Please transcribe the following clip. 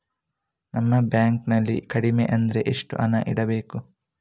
ನಮ್ಮ ಬ್ಯಾಂಕ್ ನಲ್ಲಿ ಕಡಿಮೆ ಅಂದ್ರೆ ಎಷ್ಟು ಹಣ ಇಡಬೇಕು?